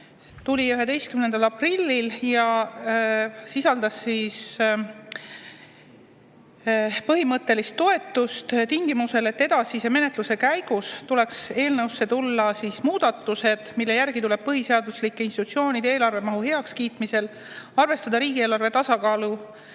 tuli 11. aprillil ja sisaldas põhimõttelist toetust tingimusel, et edasise menetluse käigus [tehakse] eelnõusse muudatused, mille järgi tuleb põhiseaduslike institutsioonide eelarve mahu heakskiitmisel arvestada riigieelarve teiste